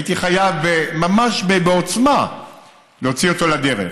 הייתי חייב ממש בעוצמה להוציא אותו לדרך.